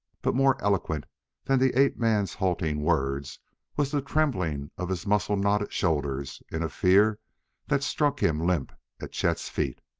but more eloquent than the ape-man's halting words was the trembling of his muscle-knotted shoulders in a fear that struck him limp at chet's feet.